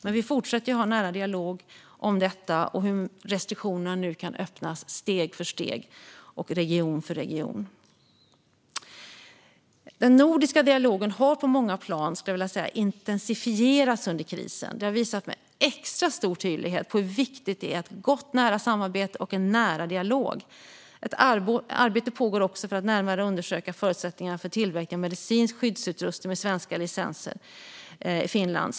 Men vi fortsätter att ha en nära dialog om detta och om hur restriktionerna nu kan avvecklas steg för steg och i region för region. Jag skulle vilja säga att den nordiska dialogen på många plan har intensifierats under krisen. Det har med extra stor tydlighet visat på hur viktigt det är med ett gott nära samarbete och en nära dialog. Ett arbete pågår för att närmare undersöka förutsättningarna för tillverkning av medicinsk skyddsutrustning med svenska licenser i Finland.